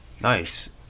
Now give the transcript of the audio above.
Nice